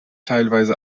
teilweise